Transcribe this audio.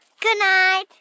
Goodnight